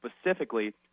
specifically